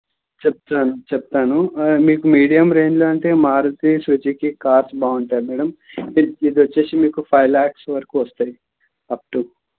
చెప్తాను చెప్తాను మీకు మీడియం రేంజ్లో అంటే మారుతీ సుజుకీ కార్స్ బాగుంటాయి మేడమ్ ఇది ఇది వచ్చి మీకు ఫైవ్ ల్యాక్స్ వరకు వస్తాయి అప్టు